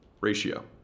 ratio